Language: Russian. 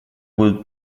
будут